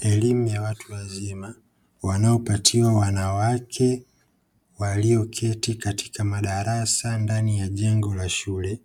Elimu ya watu wazima wanaopatiwa wanawake walioketi katika madarasa ndani ya jengo la shule,